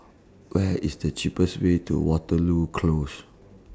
What IS The cheapest Way to Waterloo Close